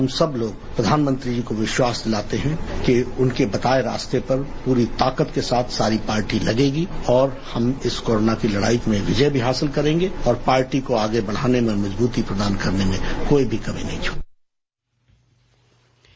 हम सब लोग प्रधानमंत्री जी को विश्वास दिलाते हैं कि उनके बताये रास्ते पर पूरी ताकत के साथ सारी पार्टी लगेगी और हम इस कोरोना की लड़ाई में विजय भी हासिल करेंगे और पार्टी को आगे बढ़ाने में मजबूती प्रदान करने में कोई भी कमी नहीं छोड़ेंगे